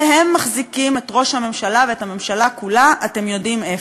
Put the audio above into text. והם מחזיקים את ראש הממשלה ואת הממשלה כולה אתם יודעים איפה.